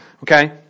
okay